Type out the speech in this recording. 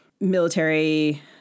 military